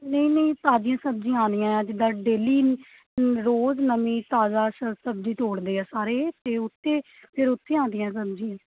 ਨਹੀਂ ਨਹੀਂ ਤਾਜ਼ੀਆਂ ਸਬਜ਼ੀਆਂ ਆਉਂਦੀਆਂ ਹੈ ਜਿੱਦਾਂ ਡੇਲੀ ਰੋਜ਼ ਨਵੀਂ ਤਾਜ਼ਾ ਸ ਸਬਜ਼ੀ ਤੋੜਦੇ ਆ ਸਾਰੇ ਅਤੇ ਉੱਥੇ ਫਿਰ ਉੱਥੇ ਆਉਂਦੀਆਂ ਸਬਜ਼ੀਆਂ